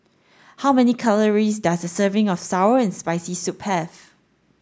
how many calories does a serving of sour and spicy soup have